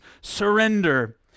surrender